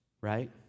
right